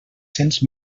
cents